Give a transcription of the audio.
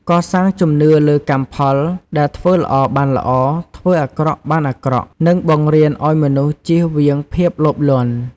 កសាងជំនឿលើកម្មផល ដែលធ្វើល្អបានល្អ ធ្វើអាក្រក់បានអាក្រក់ និងបង្រៀនឱ្យមនុស្សចៀសវាងភាពលោភលន់។